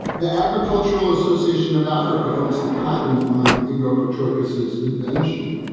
the agricultural association of africa owns the patent on ingroup intricacies invention.